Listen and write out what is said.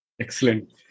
Excellent